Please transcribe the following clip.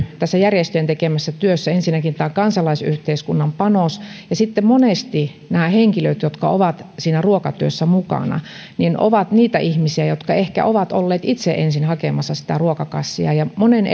tässä järjestöjen tekemässä työssä yhdistyy ensinnäkin tämä kansalaisyhteiskunnan panos ja sitten monesti nämä henkilöt jotka ovat siinä ruokatyössä mukana ovat niitä ihmisiä jotka ehkä ovat olleet itse ensin hakemassa sitä ruokakassia ja monen